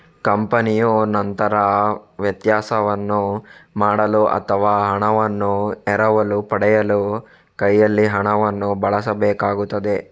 ಕಂಪನಿಯು ನಂತರ ವ್ಯತ್ಯಾಸವನ್ನು ಮಾಡಲು ಅಥವಾ ಹಣವನ್ನು ಎರವಲು ಪಡೆಯಲು ಕೈಯಲ್ಲಿ ಹಣವನ್ನು ಬಳಸಬೇಕಾಗುತ್ತದೆ